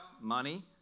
money